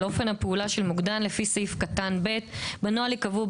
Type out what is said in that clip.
אופן הפעולה של מוקדן לפי סעיף קטן ()ב); בנוהל ייקבעו,